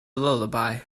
lullaby